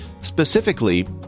Specifically